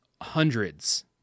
hundreds